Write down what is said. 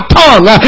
tongue